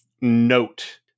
note